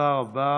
תודה רבה.